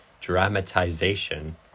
dramatization